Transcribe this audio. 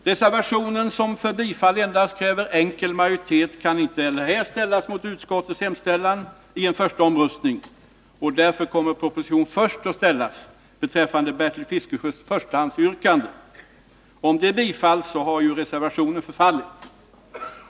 Reservationen, som för bifall endast kräver enkel majoritet, kan inte ställas mot utskottets hemställan i omröstning som gäller antagande av ändringsförslaget genom eft beslut. Propositioner kommer därför först att ställas beträffande Bertil Fiskesjös förstahandsyrkande. Om detta bifalles har reservationen förfallit.